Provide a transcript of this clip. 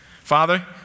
Father